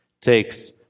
takes